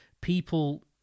people